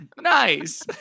Nice